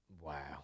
Wow